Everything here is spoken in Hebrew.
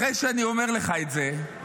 אחרי שאני אומר לך את זה,